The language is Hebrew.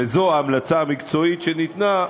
וזו ההמלצה המקצועית שניתנה,